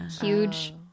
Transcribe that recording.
huge